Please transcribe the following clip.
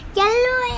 yellow